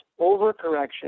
overcorrection